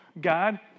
God